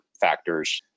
factors